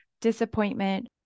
disappointment